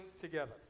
together